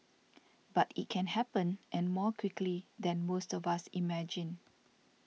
but it can happen and more quickly than most of us imagine